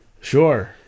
Sure